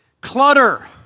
Clutter